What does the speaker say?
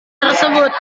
tersebut